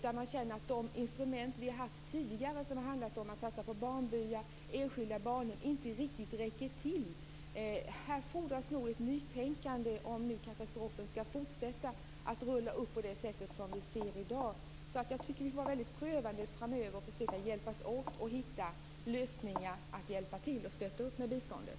De instrument vi har haft tidigare - satsningar på barnbyar och enskilda barnhem - räcker inte riktigt till. Om katastrofen skall fortsätta att rullas upp på det sätt som vi ser i dag fordras ett nytänkande. Jag tycker att vi får vara väldigt prövande framöver och försöka hjälpas åt för att hitta lösningar och stötta med biståndet.